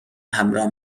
همراه